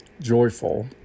joyful